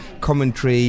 commentary